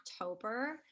October